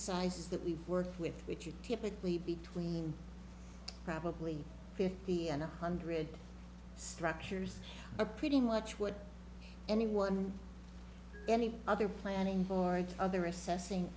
sizes that we've worked with which are typically between probably fifty and a hundred structures a pretty much what anyone any other planning board other assessing